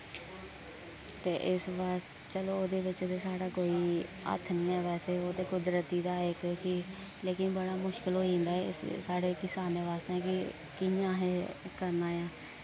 ते इस वास्त चलो उंदे बिच ते साढ़ा कोई हत्थ निं ऐ बैसे ओह् ते कुदरती दा इक कि लेकिन बड़ा मुश्किल होई जंदा एह् साढ़े किसानें वास्तै कि कि'यां असें करना ऐ